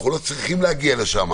אנחנו לא צריכים להגיע לשם,